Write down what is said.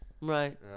Right